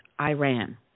Iran